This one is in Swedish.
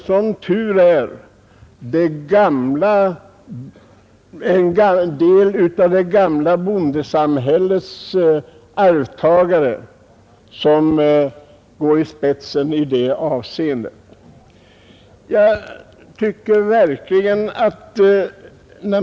Som tur är går en del av det gamla bondesamhällets arvtagare i spetsen i det avseendet.